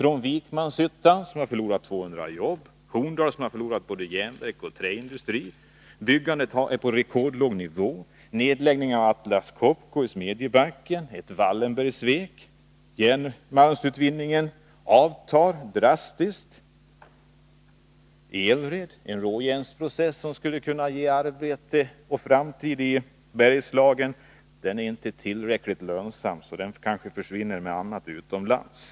Vikmanshyttan har förlorat 200 jobb. Horndal har förlorat både järnverk och träindustri. Byggandet är på en rekordlåg nivå. Atlas Copco i Smedjebacken läggs ned — ett Wallenbergssvek. Järnmalmsutvinningen avtar drastiskt. Elred — en råjärnsprocess som skulle kunna ge framtida arbeten i Bergslagen — är inte tillräckligt lönsam, så den, tillsammans med annat, kanske försvinner utomlands.